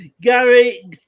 Gary